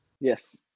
Yes